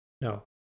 no